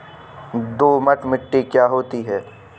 दोमट मिट्टी क्या होती हैं?